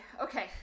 okay